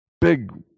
Big